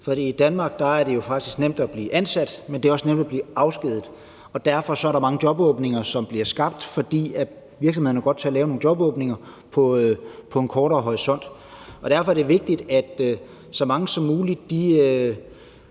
for i Danmark er det faktisk nemt at blive ansat, men det er også nemt at blive afskediget, og derfor er der mange jobåbninger, som bliver skabt, fordi virksomhederne godt tør lave nogle jobåbninger på en kortere tidshorisont. Derfor er det vigtigt, at så mange som muligt